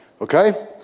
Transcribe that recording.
Okay